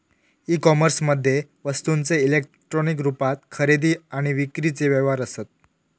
E कोमर्समध्ये वस्तूंचे electronic रुपात खरेदी किंवा विक्रीचे व्यवहार असत